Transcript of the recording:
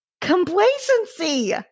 Complacency